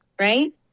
right